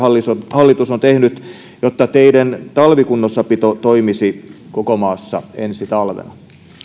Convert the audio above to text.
hallitus on tehnyt jotta teiden talvikunnossapito toimisi koko maassa ensi talvena